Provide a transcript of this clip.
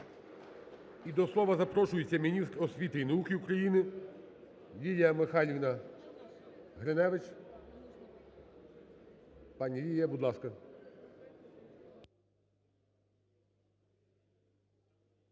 І до слова запрошується міністр освіти і науки України Лілія Михайлівна Гриневич. Пані Лілія, будь ласка.